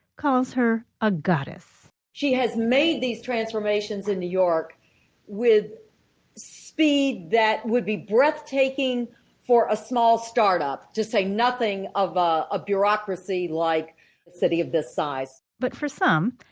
calls her a goddess she has made these transformations in new york with speed that would be breathtaking for a small start-up, to say nothing of a a bureaucracy like a city of this size but for some,